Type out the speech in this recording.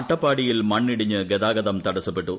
അട്ടപ്പാടിയിൽ മണ്ണിടിഞ്ഞു ഗതാഗതം തടസ്സപ്പെട്ടു